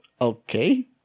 Okay